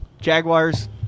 Jaguars